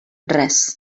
res